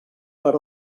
per